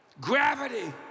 gravity